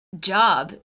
job